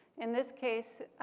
in this case,